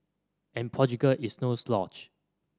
and Portugal is no slouch